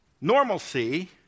Normalcy